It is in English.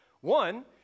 One